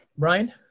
Brian